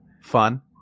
Fun